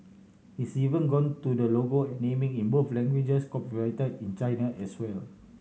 he's even got to the logo naming in both languages copyrighted in China as well